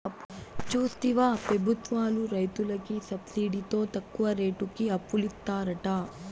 చూస్తివా పెబుత్వాలు రైతులకి సబ్సిడితో తక్కువ రేటుకి అప్పులిత్తారట